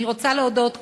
אני רוצה להודות,